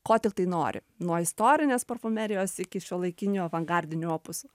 ko tiktai nori nuo istorinės parfumerijos iki šiuolaikinių avangardinių opusų